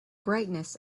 brightness